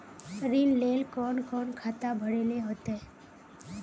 ऋण लेल कोन कोन खाता भरेले होते?